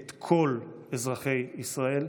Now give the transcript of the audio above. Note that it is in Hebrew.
את כל אזרחי ישראל,